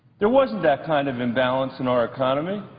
there wasn't that kind of imbalance in our economy.